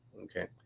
Okay